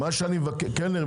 קלנר,